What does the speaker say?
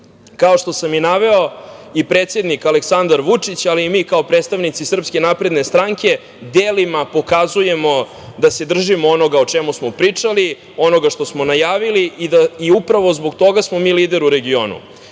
što sam i naveo i predsednik Aleksandar Vučić i mi kao predstavnici SNS delima pokazujemo da se držimo onoga o čemu smo pričali, onoga što smo najavili i da upravo zbog toga smo mi lider u regionu.Za